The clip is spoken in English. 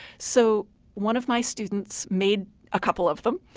so one of my students made a couple of them.